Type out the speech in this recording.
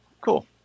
cool